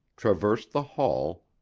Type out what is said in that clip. traversed the hall,